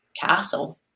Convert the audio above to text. castle